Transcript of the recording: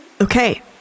Okay